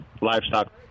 Livestock